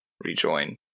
rejoin